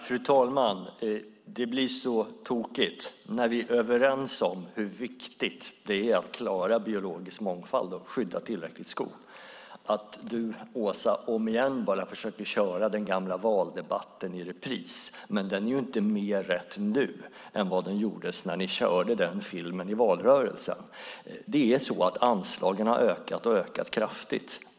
Fru talman! Det blir tokigt, när vi är överens om hur viktigt det är att klara biologisk mångfald och skydda tillräckligt med skog, att du Åsa bara försöker köra den gamla valdebatten i repris. Den är inte mer rätt nu än vad den var när ni körde den filmen i valrörelsen. Anslagen har ökat, och de har ökat kraftigt.